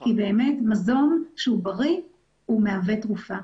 כי באמת מזון שהוא בריא הוא מהווה תרופה.